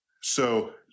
So-